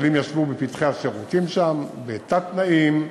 חיילים ישבו בפתחי השירותים שם, בתת-תנאים,